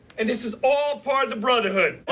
and this is all part of the brotherhood.